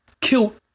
killed